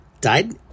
died